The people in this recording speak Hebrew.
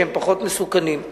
כדי שהם פחות מסוכנים.